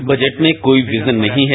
इस बजट में कोई विजन नहीं है